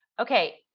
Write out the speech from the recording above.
Okay